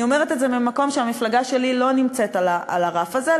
אני אומרת את זה והמפלגה שלי לא נמצאת על הרף הזה,